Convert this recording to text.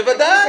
בוודאי.